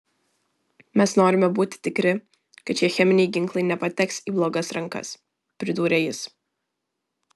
mes norime būti tikri kad šie cheminiai ginklai nepateks į blogas rankas pridūrė jis